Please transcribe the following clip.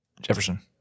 Jefferson